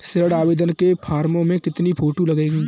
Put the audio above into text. ऋण आवेदन के फॉर्म में कितनी फोटो लगेंगी?